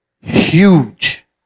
Huge